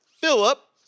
Philip